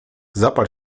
zapal